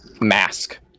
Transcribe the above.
mask